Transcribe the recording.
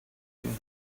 him